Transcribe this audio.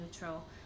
neutral